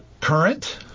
current